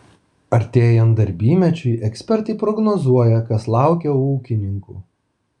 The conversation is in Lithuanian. artėjant darbymečiui ekspertai prognozuoja kas laukia ūkininkų